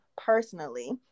personally